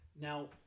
Now